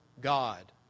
God